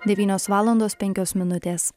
devynios valandos penkios minutės